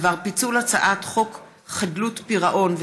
מאת חברי הכנסת נורית קורן,